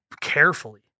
carefully